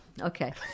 Okay